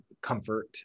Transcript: comfort